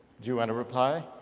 you want to reply?